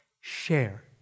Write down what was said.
Share